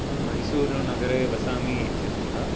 अहं मैसूरुनगरे वसामि इत्यतः